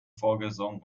vorgesungen